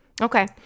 Okay